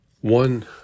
One